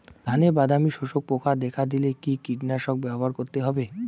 ধানে বাদামি শোষক পোকা দেখা দিলে কি কীটনাশক ব্যবহার করতে হবে?